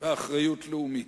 ואחריות לאומית.